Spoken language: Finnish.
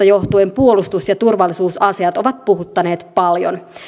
johtuen puolustus ja turvallisuusasiat ovat puhuttaneet paljon